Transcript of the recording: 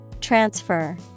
Transfer